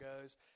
goes